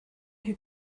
who